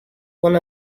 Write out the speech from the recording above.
one